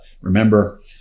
remember